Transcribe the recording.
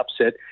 upset